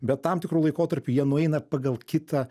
bet tam tikru laikotarpiu jie nueina pagal kitą